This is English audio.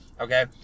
okay